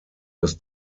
das